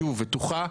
שוב בטוחה,